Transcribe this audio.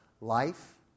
life